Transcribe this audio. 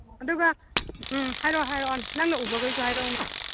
ꯑꯗꯨꯒ ꯎꯝ ꯍꯥꯏꯔꯛꯑꯣ ꯍꯥꯏꯔꯛꯑꯣ ꯅꯪꯅ ꯎꯕꯒꯩꯗꯣ ꯍꯥꯏꯔꯛꯎꯅꯦ